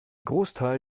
großteil